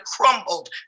crumbled